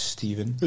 Stephen